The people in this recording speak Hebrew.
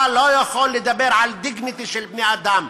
אתה לא יכול לדבר על dignity של בני-אדם,